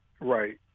right